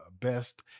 best